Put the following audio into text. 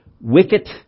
wicket